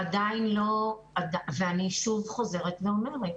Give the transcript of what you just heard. אני שוב חוזרת ואומרת,